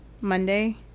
Monday